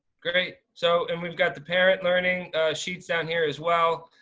great so, and we've got the parent learning sheets down here as well.